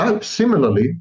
Similarly